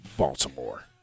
Baltimore